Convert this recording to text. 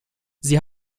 sie